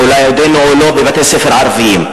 אולי עודנו או לא, בבתי-ספר ערביים,